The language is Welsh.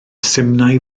simnai